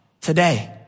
today